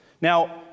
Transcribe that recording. Now